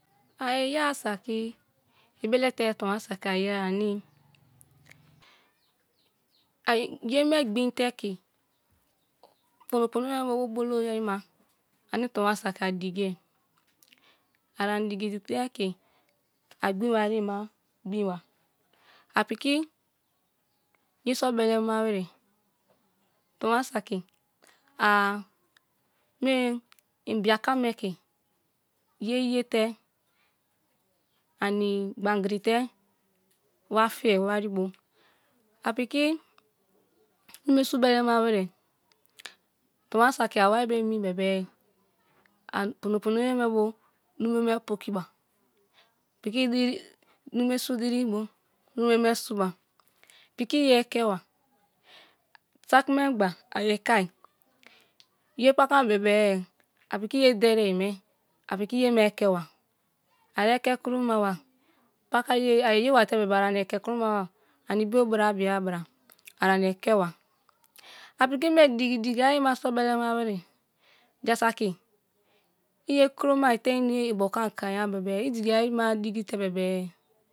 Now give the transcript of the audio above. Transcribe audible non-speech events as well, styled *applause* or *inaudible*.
A yé ya-a saki, ibele te tonwa saki ayeye ane̱ *hesitation* ye me gbin te ke pono pono ye me bu oḇolo ayi ma ame ton wa saki digie, ara ni digi digi te ke agbin wariè ma gbin wa a piki ye so̱ belema wirè *hesitation* ton wa suki a inie inbianka me ke ye ye te ani gbangti te wa fie wari bu a piki nu me gu belema wirè ton wa saki a wari bo emi be̱be̱ a prino pono ye e bu nume me poki ba piki *unintelligible* mme su diri ini nume suba, piki ye ike ba suki me gba aye ikai ye patam be̱bs, a piki ye deriè me a piki ye me ete wa a eke kumo ma wa paka ye a ye yewa te be̱be̱ atani eke kino ma wa ani ebio bra biya bra ara no eke wa, a piki me digi digi ayi ma so belema wirè ja saki iyé kuro ma te ine ebioku ya bebe i digi anyi ma digi te be̱be̱